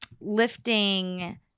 lifting